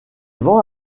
vend